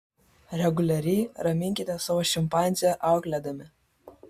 reguliariai raminkite savo šimpanzę auklėdami